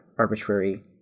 arbitrary